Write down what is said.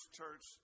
church